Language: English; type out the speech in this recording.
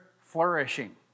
flourishing